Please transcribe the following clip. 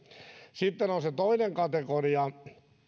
sitten on on se toinen kategoria